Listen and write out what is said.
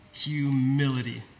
humility